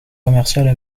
commerciales